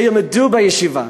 שילמדו בישיבה,